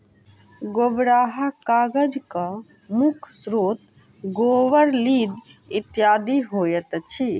गोबराहा कागजक मुख्य स्रोत गोबर, लीद इत्यादि होइत अछि